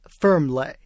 firmly